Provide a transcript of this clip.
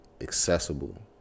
accessible